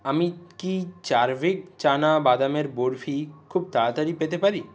আমি কি চারভিক চানা বাদামের বরফি খুব তাড়াতাড়ি পেতে পারি